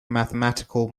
mathematical